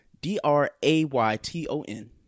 D-R-A-Y-T-O-N